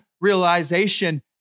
realization